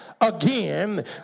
again